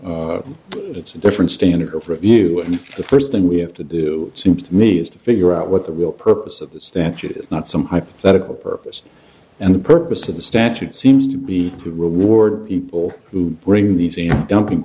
problem it's a different standard of review and the first thing we have to do it seems to me is to figure out what the real purpose of the statute is not some hypothetical purpose and the purpose of the statute seems to be reward people who bring the dumping